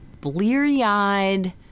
bleary-eyed